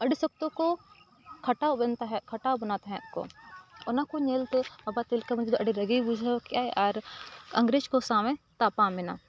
ᱟᱹᱰᱤ ᱥᱚᱠᱛᱚ ᱠᱚ ᱠᱷᱟᱴᱟᱣ ᱵᱮᱱ ᱛᱟᱦᱮᱸᱫ ᱠᱷᱟᱴᱟᱣ ᱵᱚᱱᱟ ᱛᱟᱦᱮᱸᱫ ᱠᱚ ᱚᱱᱟ ᱠᱚ ᱧᱮᱞᱛᱮ ᱵᱟᱵᱟ ᱛᱤᱞᱠᱟᱹ ᱢᱟᱹᱡᱷᱤ ᱫᱚ ᱟᱹᱰᱤ ᱨᱟᱹᱜᱤᱭ ᱵᱩᱡᱷᱟᱹᱣ ᱠᱮᱫᱟᱭ ᱟᱨ ᱤᱝᱨᱮᱡᱽ ᱠᱚ ᱥᱟᱶᱮ ᱛᱟᱯᱟᱢᱮᱱᱟ